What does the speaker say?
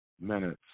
minutes